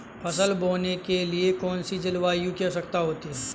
फसल बोने के लिए कौन सी जलवायु की आवश्यकता होती है?